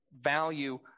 value